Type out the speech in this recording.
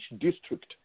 district